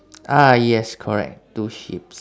ah yes correct two sheeps